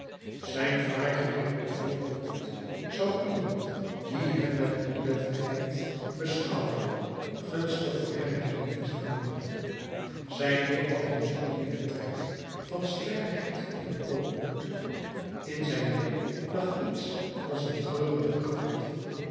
zijn fraai gerimpeld voorhoofd zou iemand die hem met oplettendheid beschouwde gunstig voor hem hebben ingenomen zijn lip had een zonderlingen trek van strengheid en ootmoed in zijn blik lag iets als een treurige kalmte